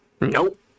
Nope